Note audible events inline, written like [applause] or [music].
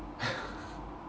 [laughs]